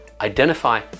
identify